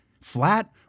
flat